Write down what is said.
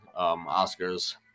oscars